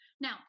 Now